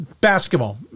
basketball